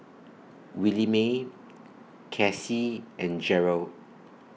Williemae Casie and Jerold